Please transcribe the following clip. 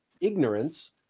ignorance